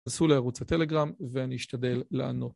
כנסו לערוץ הטלגראם ואני אשתדל לענות